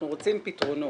אנחנו רוצים פתרונות.